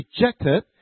rejected